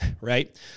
Right